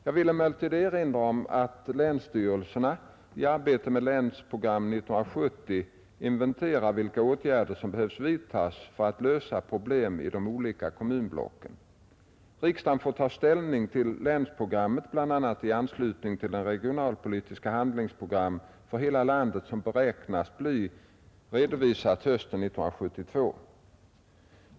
Jag vill emellertid erinra om att länsstyrelserna i arbetet med Länsprogram 1970 inventerar vilka åtgärder som behöver vidtas för att lösa problem i olika kommunblock. Riksdagen får ta ställning till länsprogrammen bl.a. i anslutning till det regionalpolitiska handlingsprogram för hela landet som beräknas bli redovisat hösten 1972.